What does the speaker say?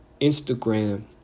Instagram